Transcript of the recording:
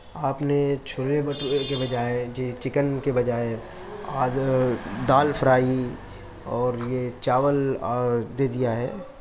آپ نے چھولے بھٹورے کے بجائے جی چکن کے بجائے دال فرائی اور یہ چاول اور دے دیا ہے